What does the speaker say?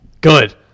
Good